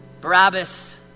Barabbas